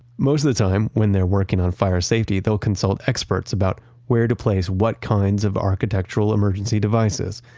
most of the time, when they're working on fire safety, they'll consult experts about where to place what kinds of architectural emergency devices.